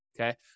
okay